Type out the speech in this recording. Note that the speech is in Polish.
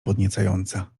podniecająca